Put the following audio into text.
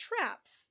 traps